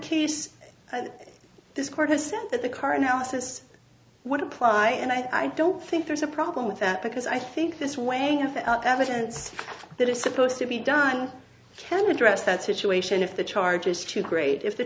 case this court has said that the current houses would apply and i don't think there's a problem with that because i think this weighing of evidence that is supposed to be done can address that situation if the charge is too great if the